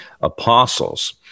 apostles